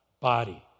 body